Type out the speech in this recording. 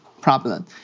problem